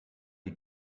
die